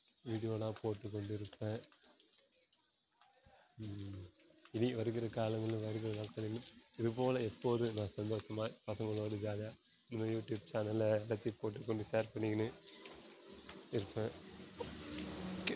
வீடியோலாம் போட்டு கொண்டு இருப்பேன் இனி வருகிற காலங்கள் வருகிற நாட்களிலும் இதுபோல எப்போதும் நான் சந்தோஷமா பசங்களோடு ஜாலியாக யூடியூப் சேனலை நடத்திக்கொண்டு கொண்டு ஷேர் பண்ணிக்கின்னு இருப்பேன் ஓகே